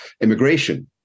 immigration